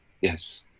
yes